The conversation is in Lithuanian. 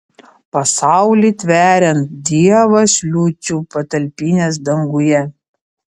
pasaulį tveriant dievas liucių patalpinęs danguje